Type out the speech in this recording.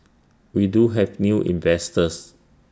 we do have new investors